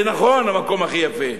זה נכון שזה המקום הכי יפה,